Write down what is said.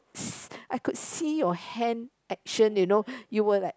I could see your hand action you know you're like